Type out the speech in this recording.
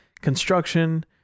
construction